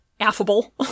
affable